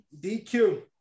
DQ